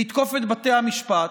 לתקוף את בתי המשפט,